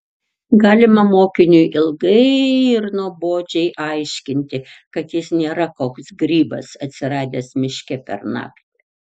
galima mokiniui ilgai ir nuobodžiai aiškinti kad jis nėra koks grybas atsiradęs miške per naktį